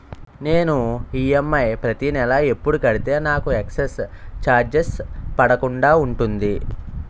నేను ఈ.ఎమ్.ఐ ప్రతి నెల ఎపుడు కడితే నాకు ఎక్స్ స్త్ర చార్జెస్ పడకుండా ఉంటుంది?